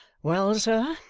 well, sir,